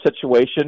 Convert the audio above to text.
situation